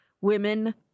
women